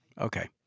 Okay